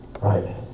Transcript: right